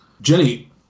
Jenny